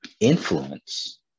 influence